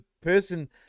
person